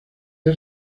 día